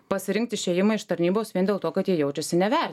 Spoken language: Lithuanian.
pasirinkt išėjimą iš tarnybos vien dėl to kad jie jaučiasi never